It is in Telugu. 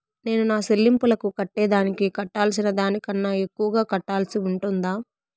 నేను నా సెల్లింపులకు కట్టేదానికి కట్టాల్సిన దానికన్నా ఎక్కువగా కట్టాల్సి ఉంటుందా?